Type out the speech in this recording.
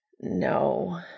No